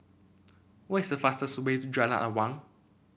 what is the fastest way to Jalan Awang